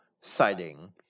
citing